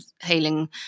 hailing